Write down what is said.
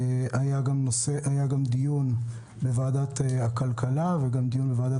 דיון בוועדת הכלכלה וגם דיון בוועדה